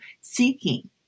seeking